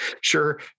Sure